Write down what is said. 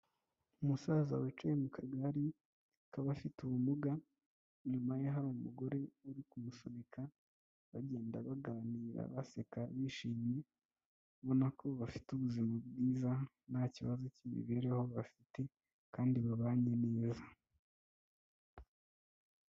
Umusaza wicaye mu kagare k'abafite ubumuga, inyuma ye hari umugore uri kumusunika bagenda baganira baseka bishimye, ubona ko bafite ubuzima bwiza nta kibazo cy'imibereho bafite kandi babanye neza.